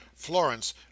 Florence